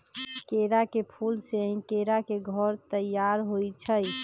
केरा के फूल से ही केरा के घौर तइयार होइ छइ